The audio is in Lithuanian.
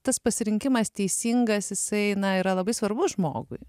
tas pasirinkimas teisingas jisai na yra labai svarbus žmogui